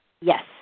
Yes